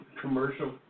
Commercial